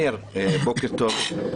מאיר, בוקר טוב.